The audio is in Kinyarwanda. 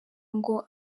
ngo